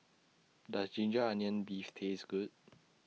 Does Ginger Onions Beef Taste Good